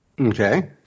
Okay